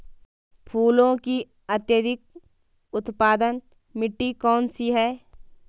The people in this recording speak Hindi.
फूलों की अत्यधिक उत्पादन मिट्टी कौन सी है?